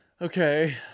Okay